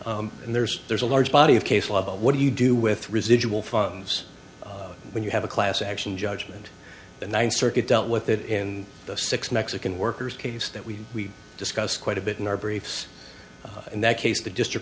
class and there's there's a large body of case law what do you do with residual funds when you have a class action judgment the ninth circuit dealt with that in the six mexican workers case that we discussed quite a bit in our briefs in that case the district